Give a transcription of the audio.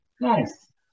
Nice